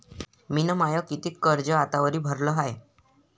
मिन माय कितीक कर्ज आतावरी भरलं हाय?